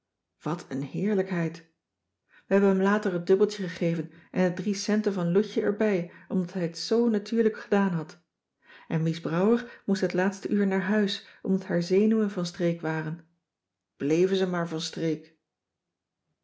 wat een heerlijkheid we hebben hem later het dubbeltje gegeven en de drie centen van loutje erbij omdat hij het zoo natuurlijk gedaan had en mies brouwer moest het laatste uur naar huis omdat haar zenuwen van streek waren bleven ze maar van streek